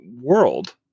world